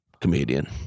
comedian